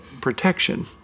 protection